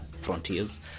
frontiers